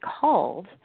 called